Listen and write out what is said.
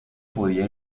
podía